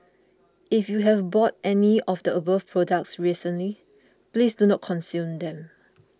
if you have bought any of the above products recently please do not consume them